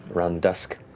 around dusk.